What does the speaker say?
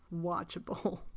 watchable